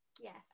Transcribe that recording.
yes